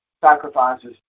sacrifices